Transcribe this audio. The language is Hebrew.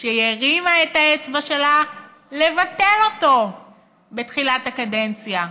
שהיא הרימה את האצבע שלה לבטל אותו בתחילת הקדנציה.